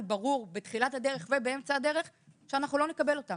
ברור בתחילת הדרך ובאמצע הדרך שאנחנו לא נקבל אותם.